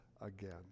again